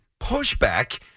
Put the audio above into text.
pushback